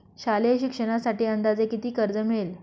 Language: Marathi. शालेय शिक्षणासाठी अंदाजे किती कर्ज मिळेल?